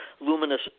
luminous